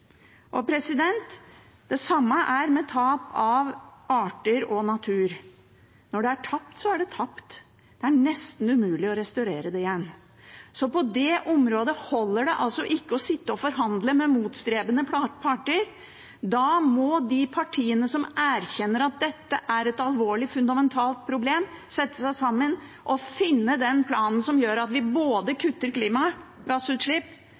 Det samme gjelder tap av arter og natur. Når det er tapt, så er det tapt. Det er nesten umulig å restaurere det igjen. Så på det området holder det altså ikke å sitte og forhandle med motstrebende parter. Da må de partiene som erkjenner at dette er et alvorlig, fundamentalt problem, sette seg sammen og finne den planen som gjør at vi både